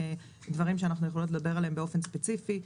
דברים שאנחנו יכולים לדבר עליהם באופן ספציפי.